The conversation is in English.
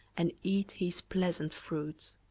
and eat his pleasant fruits.